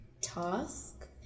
task